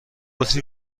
بطری